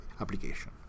application